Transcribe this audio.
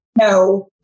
No